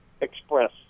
express